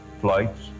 flights